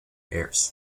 hairs